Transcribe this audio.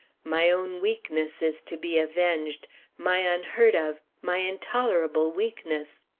my own weakness is to be avenged my unheard-of, my intolerable weakness.